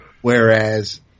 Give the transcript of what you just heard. Whereas